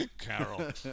Carol